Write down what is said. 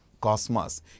cosmos